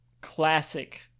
classic